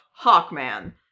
Hawkman